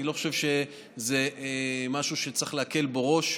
אני לא חושב שזה משהו שצריך להקל בו ראש.